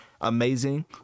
amazing